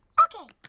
okay.